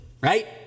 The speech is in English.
right